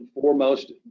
foremost